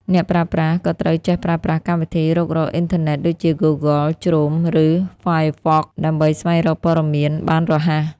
អ្នកប្រើប្រាស់ក៏ត្រូវចេះប្រើប្រាស់កម្មវិធីរុករកអ៊ីនធឺណិតដូចជា Google Chrome ឬ Firefox ដើម្បីស្វែងរកព័ត៌មានបានរហ័ស។